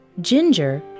ginger